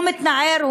הוא מתנער,